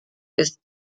ist